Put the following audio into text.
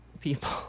people